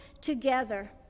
together